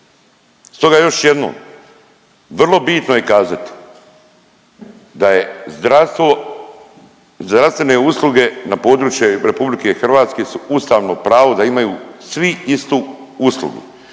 Stoga još jednom, vrlo bitno je kazati da je zdravstvo, zdravstvene usluge na području RH su ustavno pravo da imaju svi istu uslugu.